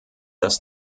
dass